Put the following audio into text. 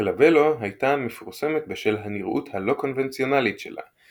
קלבלו הייתה מפורסמת בשל הניראות הלא קונבנציונלית שלה,